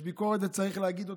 יש ביקורת, וצריך להגיד אותה,